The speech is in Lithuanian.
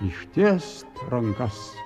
ištiest rankas